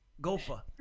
Gopher